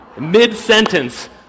Mid-sentence